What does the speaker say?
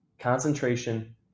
Concentration